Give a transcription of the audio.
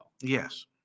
yes